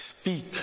speak